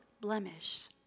blemish